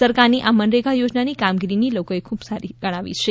સરકારની આ મનરેગા યોજનાની આ કામગીરીને લોકોએ ખુબજ સારી ગણાવી છે